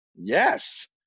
yes